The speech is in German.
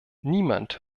niemand